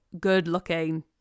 good-looking